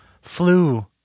Flew